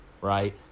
right